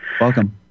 Welcome